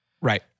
Right